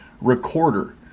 recorder